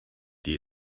die